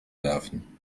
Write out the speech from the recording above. werfen